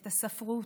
את הספרות,